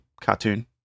cartoon